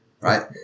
Right